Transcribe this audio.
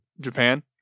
Japan